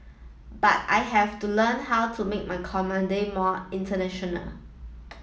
but I have to learn how to make my comedy more international